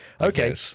Okay